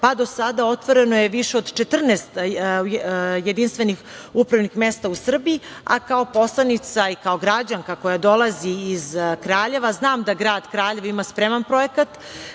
pa do sada otvoreno je više od 14 jedinstvenih upravnih mesta u Srbiji, a kao poslanica i kao građanka koja dolazi iz Kraljeva, znam da grad Kraljevo ima spreman projekat